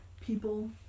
people